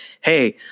hey